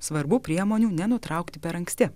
svarbu priemonių nenutraukti per anksti